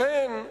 לכן,